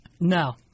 No